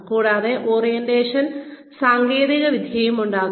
കൂടാതെ ഓറിയന്റേഷൻ സാങ്കേതികവിദ്യയും ഉണ്ടാകാം